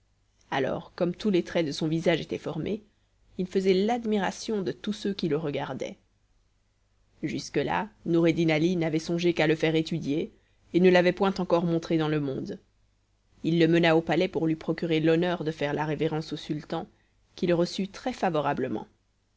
alors comme tous les traits de son visage étaient formés il faisait l'admiration de tous ceux qui le regardaient jusque là noureddin ali n'avait songé qu'à le faire étudier et ne l'avait point encore montré dans le monde il le mena au palais pour lui procurer l'honneur de faire la révérence au sultan qui le reçut